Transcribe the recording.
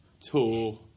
tour